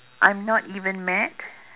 I'm not even mad